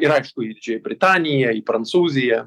ir aišku į didžiąją britaniją į prancūziją